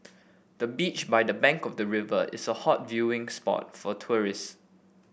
the beach by the bank of the river is a hot viewing spot for tourists